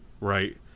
right